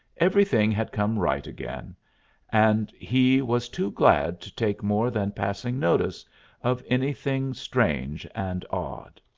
everything had come right again and he was too glad to take more than passing notice of anything strange and odd.